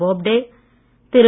Bobde Thiru